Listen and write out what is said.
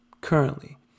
currently